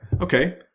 Okay